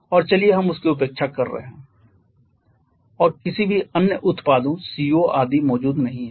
और चलिए हम उसकी उपेक्षा करे है और किसी भी अन्य उत्पादों CO आदि मौजूद नहीं हैं